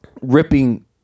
ripping